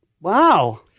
Wow